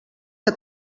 que